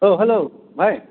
ꯑꯣ ꯍꯜꯂꯣ ꯚꯥꯏ